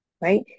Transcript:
right